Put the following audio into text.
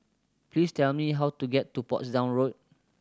please tell me how to get to Portsdown Road